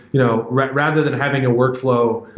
you know rather than having a workflow,